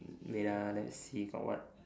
wait ah let's see got what